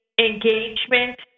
engagement